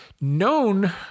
known